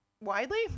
widely